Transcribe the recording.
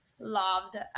loved